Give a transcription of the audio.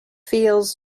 feels